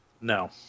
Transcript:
No